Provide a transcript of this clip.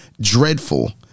dreadful